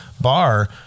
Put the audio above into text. bar